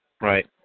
Right